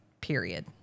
period